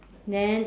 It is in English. then